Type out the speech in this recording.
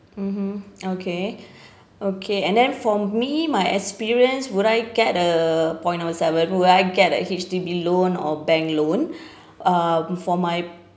mmhmm okay okay and then for me my experience would I get the point number seven would I get like H_D_B loan or bank loan uh for my